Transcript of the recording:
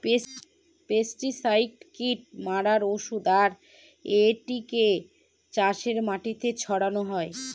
pesticide কীট মারার ঔষধ আর এটিকে চাষের মাটিতে ছড়ানো হয়